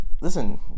Listen